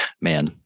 man